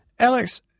Alex